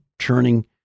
churning